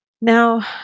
Now